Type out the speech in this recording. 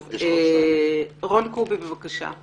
רון קובי, בבקשה.